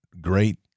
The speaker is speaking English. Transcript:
great